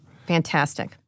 Fantastic